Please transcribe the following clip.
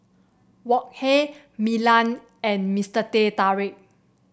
Wok Hey Milan and Mister Teh Tarik